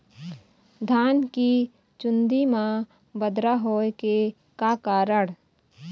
धान के चुन्दी मा बदरा होय के का कारण?